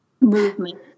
movement